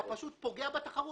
אתה פשוט פוגע בתחרות.